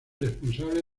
responsable